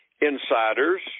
insiders